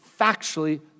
factually